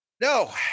No